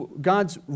God's